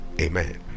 Amen